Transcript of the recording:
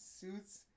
Suits